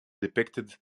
depicted